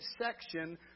section